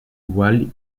wall